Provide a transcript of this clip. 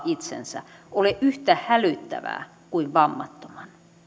itsensä ole yhtä hälyttävää kuin vammattoman